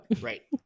Right